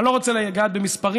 אני לא רוצה לגעת במספרים,